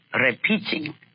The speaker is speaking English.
repeating